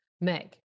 Meg